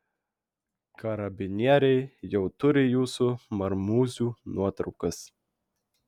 karabinieriai jau turi jūsų marmūzių nuotraukas